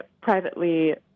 privately